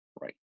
Right